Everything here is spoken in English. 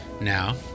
now